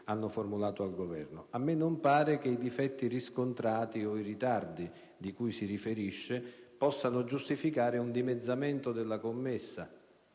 hanno formulato al Governo. A me non pare che i difetti riscontrati o i ritardi di cui si riferisce possano giustificare un dimezzamento della commessa,